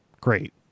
great